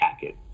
packet